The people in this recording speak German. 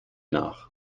nach